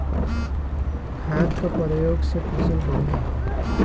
खाद क परयोग से फसल बढ़िया होला